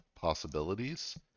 possibilities